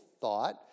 thought